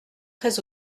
très